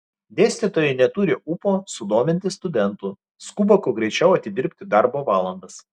dėstytojai neturi ūpo sudominti studentų skuba kuo greičiau atidirbti darbo valandas